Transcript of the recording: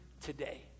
today